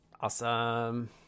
Awesome